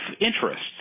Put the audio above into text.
interests